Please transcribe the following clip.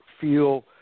feel